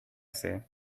say